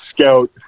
scout